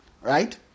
Right